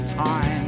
time